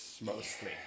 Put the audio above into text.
Mostly